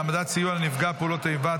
העמדת סיוע לנפגע פעולות איבה),